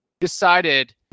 decided